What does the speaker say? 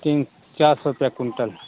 तीन चार सौ रुपया कुंटल